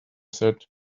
said